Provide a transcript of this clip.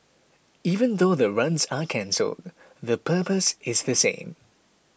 even though the runs are cancelled the purpose is the same